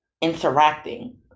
interacting